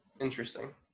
Interesting